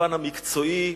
לפן המקצועי.